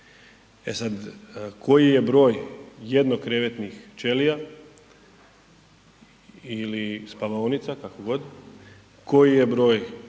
e sad koji je broj jednokrevetnih ćelija ili spavaonica, kako god, koji je broj